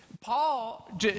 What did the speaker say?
Paul